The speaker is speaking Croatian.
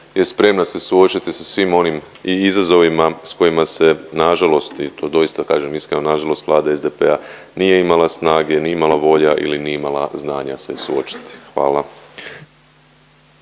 je spremna se suočiti sa svim onim i izazovima s kojima se nažalost i to doista kažem iskreno nažalost vlada SDP-a nije imala snage, nije imala volje ili nije imala znanja se suočiti. Hvala.